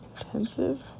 Intensive